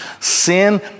sin